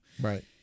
Right